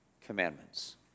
commandments